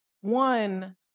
One